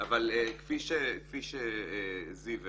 כפי שזיו הבהיר,